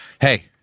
Hey